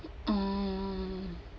mm